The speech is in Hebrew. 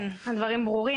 כן, הדברים ברורים.